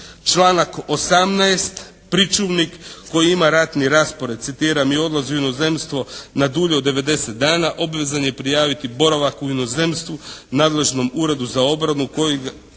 Članak 18. pričuvnik koji ima ratni raspored, citiram, i odlazi u inozemstvo na dulje od 90 dana obvezan je prijaviti boravak u inozemstvu nadležnom uredu za obranu koji ga